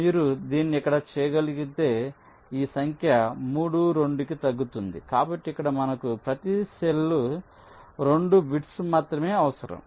మీరు దీన్ని ఇక్కడ చేయగలిగితే ఈ సంఖ్య 3 2 కి తగ్గుతుంది కాబట్టి ఇక్కడ మనకు ప్రతి సెల్కు 2 బిట్స్ మాత్రమే అవసరం